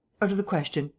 out of the question!